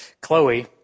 Chloe